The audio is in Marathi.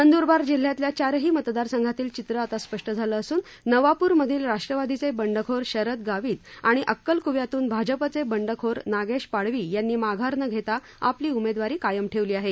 नंद्रबार जिल्ह्यातल्या चारही मतदारसंघातील चित्र आता स्पष्ट झाली असून नवाप्र मधील राष्ट्रवादीचे बंडखोर शरद गावित आणि अक्कलकव्यातून भाजपाचे बंडखोर नागेश पाडवी यांनी माधार न घेता आपली उमेदवारी कायम ठेवली आहे